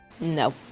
No